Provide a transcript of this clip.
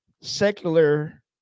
secular